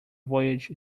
voyage